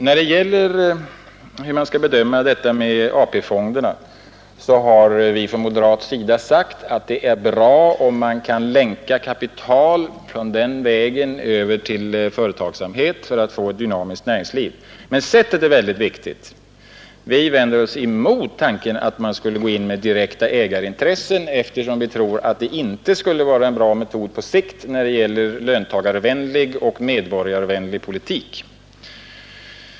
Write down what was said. När det gäller hur man skall bedöma frågan om AP-fonderna har vi från moderat sida sagt att det är bra om man kan länka kapital därifrån över till företagsamheten för att få ett dynamiskt näringsliv. Men sättet är ytterst viktigt. Vi vänder oss emot tanken att man skall gå in med direkta ägarintressen eftersom vi tror att det inte skulle vara en bra metod på sikt när det gäller en löntagarvänlig och medborgarvänlig politik.